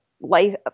life